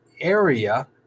area